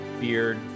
beard